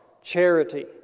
Charity